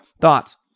Thoughts